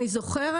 אני זוכרת